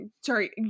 Sorry